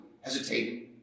hesitating